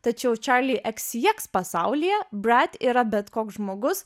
tačiau čarli eksi eks pasaulyje brat yra bet koks žmogus